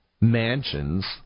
mansions